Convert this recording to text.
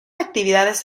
actividades